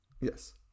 Yes